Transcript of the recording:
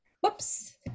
Whoops